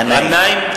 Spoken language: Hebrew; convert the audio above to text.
ע'נאים.